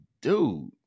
dude